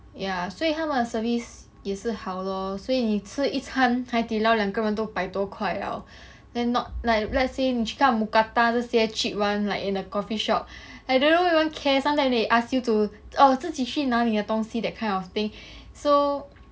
ya 所以他们的 service 也是好 lor 所以你吃一餐海底捞两个人都百多块了 then not like let's say 你去看 mookata 这些 cheap one like in a coffeeshop like they don't even care sometimes they ask you to oh 自己去拿你的东西 that kind of thing so